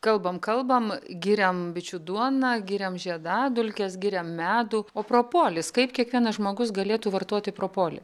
kalbam kalbam giriam bičių duoną giriam žiedadulkes giriam medų o propolis kaip kiekvienas žmogus galėtų vartoti propolį